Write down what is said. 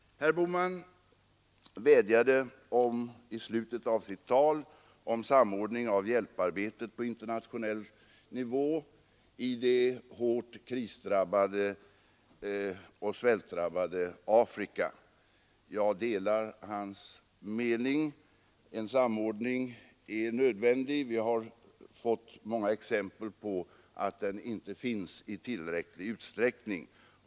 Herr Bohman vädjade i slutet av sitt tal om samordning i hjälparbetet på internationell nivå i det hårt krisoch svältdrabbade Afrika. Jag delar hans mening. En samordning är nödvändig, och vi har fått många exempel på att en sådan inte tillämpas i tillräcklig utsträckning.